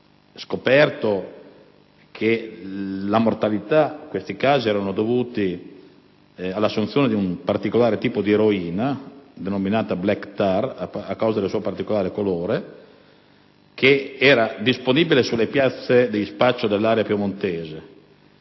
scoperto che la mortalità dei casi segnalati era dovuta all'assunzione di un particolare tipo di eroina, denominata *Black Tar* a causa del suo particolare colore, che era disponibile sulle piazze di spaccio dell'area piemontese,